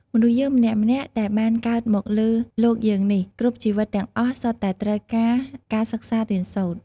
មនុស្សយើងម្នាក់ៗដែលបានកើតមកលើលោកយើងនេះ គ្រប់ជីវិតទាំងអស់សុទ្ធតែត្រូវការ ការសិក្សារៀនសូត្រ។